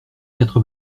quatre